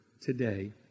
today